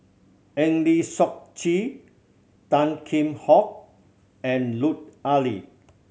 Eng Lee Seok Chee Tan Kheam Hock and Lut Ali